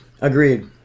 Agreed